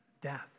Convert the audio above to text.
death